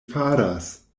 faras